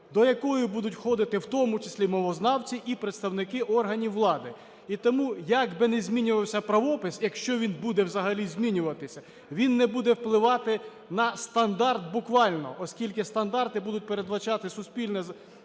до якої будуть входити в тому числі мовознавці і представники органів влади. І тому, як би не змінювався правопис, якщо він буде взагалі змінюватися, він не буде впливати на стандарт буквально. Оскільки стандарти будуть передбачати суспільне